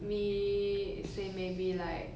me say maybe like